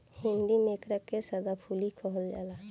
हिंदी में एकरा के सदाफुली कहल जाला